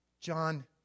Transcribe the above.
John